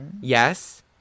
Yes